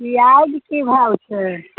पिआज की भाव छै